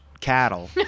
cattle